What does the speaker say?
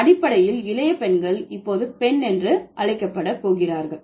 அடிப்படையில் இளைய பெண்கள் இப்போது பெண் என்று அழைக்கப்பட போகிறார்கள்